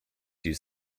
use